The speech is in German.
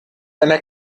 einer